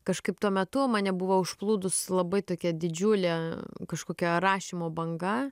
kažkaip tuo metu mane buvo užplūdus labai tokia didžiulė kažkokia rašymo banga